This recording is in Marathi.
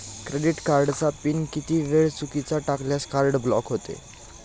क्रेडिट कार्डचा पिन किती वेळा चुकीचा टाकल्यास कार्ड ब्लॉक होते?